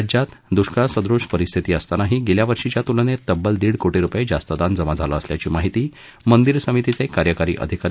राज्यात दुष्काळसदूश परिस्थिती असतानाही गेल्या वर्षीच्या तूलनेने तब्बल दीड कोटी रुपये जास्त दान जमा झाले असल्याची माहिती मंदिर समितीचे कार्यकारी अधिकारी सचिन ढोले यांनी दिली